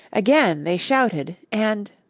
again they shouted and